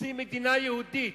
רוצים מדינה יהודית.